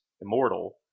immortal